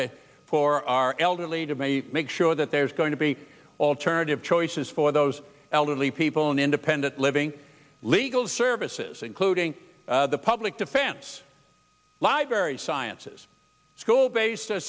to for our elderly to make sure that there's going to be alternative choices for those elderly people in independent living legal services including the public defense library sciences school based